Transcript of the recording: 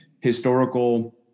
historical